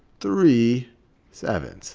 three seven.